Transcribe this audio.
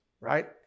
right